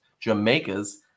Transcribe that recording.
Jamaica's